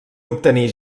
obtenir